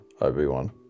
Obi-Wan